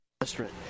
restaurant